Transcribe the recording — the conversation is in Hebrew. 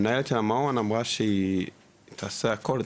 המנהלת של המעון אמרה שהיא תעשה הכל,